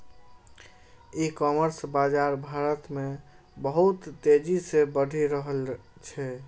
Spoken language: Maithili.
ई कॉमर्स बाजार भारत मे बहुत तेजी से बढ़ि रहल छै